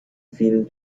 فیلم